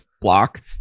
block